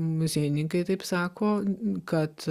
muziejininkai taip sako kad